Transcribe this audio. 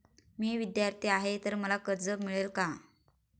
मी विद्यार्थी आहे तर मला कर्ज मिळेल का?